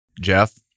Jeff